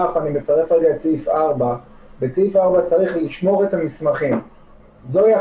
זיהוי כמפורט בסעיף 4. כלומר,